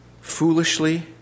foolishly